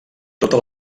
tota